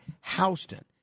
Houston